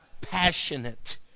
passionate